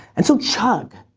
and so chug.